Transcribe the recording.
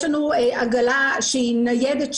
יש לנו עגלה שהיא ניידת,